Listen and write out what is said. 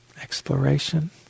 Exploration